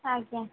ଆଜ୍ଞା